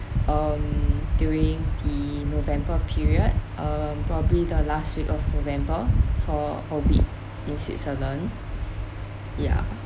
um during the november period um probably the last week of november for a bit in switzerland yeah